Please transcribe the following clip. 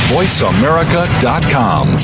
VoiceAmerica.com